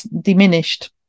diminished